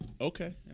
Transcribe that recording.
Okay